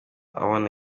abona